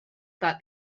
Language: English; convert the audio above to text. thought